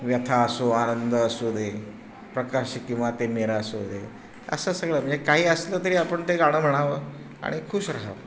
व्यथा असो आनंद असू दे प्रकाश किंवा तिमिर असू दे असं सगळं म्हणजे काही असलं तरी आपण ते गाणं म्हणावं आणि खुश राहावं